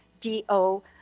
D-O